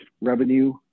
revenue